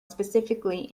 specifically